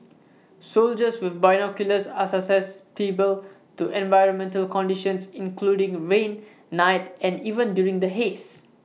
soldiers with binoculars are to environmental conditions including rain night and even during the haze